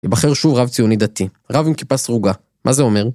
יבחר שוב רב ציוני דתי, רב עם כיפה סרוגה, מה זה אומר?